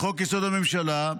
לחוק-יסוד: הממשלה,